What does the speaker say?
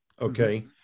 Okay